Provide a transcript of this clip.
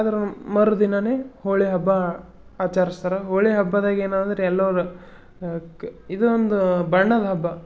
ಅದ್ರ ಮರುದಿನವೇ ಹೋಳಿ ಹಬ್ಬ ಆಚರಿಸ್ತಾರೆ ಹೋಳಿ ಹಬ್ಬದಾಗ ಏನು ಅಂದ್ರೆ ಎಲ್ಲರೂ ಕ ಇದೊಂದು ಬಣ್ಣದ ಹಬ್ಬ